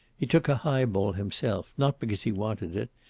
he took a highball himself, not because he wanted it,